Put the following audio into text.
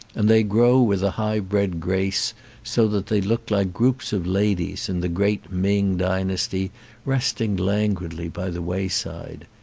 and they grow with a high-bred grace so that they look like groups of ladies in the great ming dynasty rest ing languidly by the way-side.